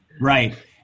Right